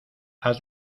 has